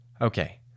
Okay